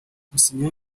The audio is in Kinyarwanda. gusinya